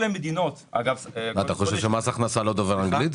אתה חושב שמס הכנסה לא דובר אנגלית?